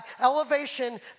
Elevation